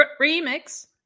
Remix